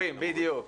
למורים, בדיוק.